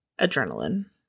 adrenaline